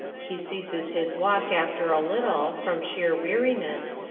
he ceases his walk after a little, from sheer weariness,